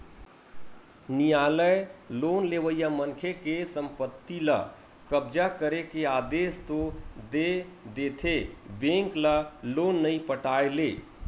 नियालय लोन लेवइया मनखे के संपत्ति ल कब्जा करे के आदेस तो दे देथे बेंक ल लोन नइ पटाय ले